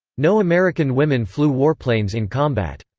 no american women flew warplanes in combat.